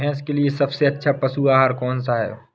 भैंस के लिए सबसे अच्छा पशु आहार कौन सा है?